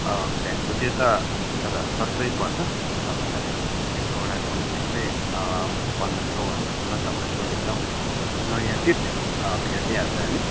भेनको seat त तर सस्तै पर्छ तपाईँलाई एउटाको त्यस्तै पन्ध्र सयहरूमा तपाईँको एकदम नयाँ सिट फेरिदिइहाल्छ हामी